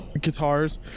guitars